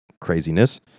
craziness